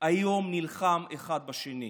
היום נלחמים אחד בשני.